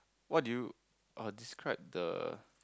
what do you err describe the